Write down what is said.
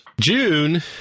June